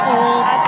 old